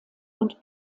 und